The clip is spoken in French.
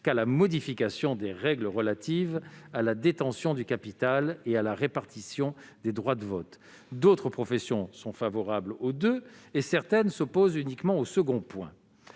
qu'à la modification des règles relatives à la détention du capital et à la répartition des droits de vote. D'autres professions sont favorables à ces deux points et certaines s'opposent uniquement au second.